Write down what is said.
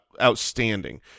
outstanding